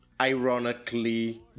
Ironically